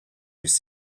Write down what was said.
was